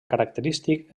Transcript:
característic